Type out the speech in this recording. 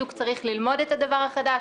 השוק צריך ללמוד את הדבר החדש.